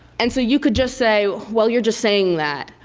and so you could just say well, you're just saying that.